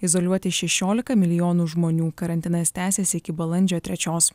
izoliuoti šešiolika milijonų žmonių karantinas tęsiasi iki balandžio trečios